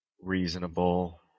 reasonable